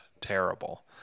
terrible